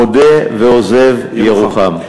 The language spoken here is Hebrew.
מודה ועוזב ירוחם.